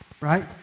Right